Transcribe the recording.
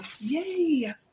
Yay